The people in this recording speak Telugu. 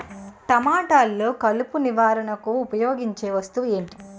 టమాటాలో కలుపు నివారణకు ఉపయోగించే వస్తువు ఏంటి?